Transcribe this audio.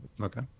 okay